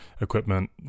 equipment